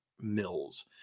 Mills